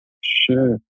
Sure